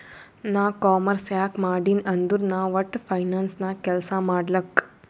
ನಾ ಕಾಮರ್ಸ್ ಯಾಕ್ ಮಾಡಿನೀ ಅಂದುರ್ ನಾ ವಟ್ಟ ಫೈನಾನ್ಸ್ ನಾಗ್ ಕೆಲ್ಸಾ ಮಾಡ್ಲಕ್